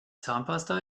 zahnpasta